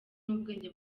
n’ubwenge